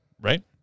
Right